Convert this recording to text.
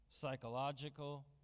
psychological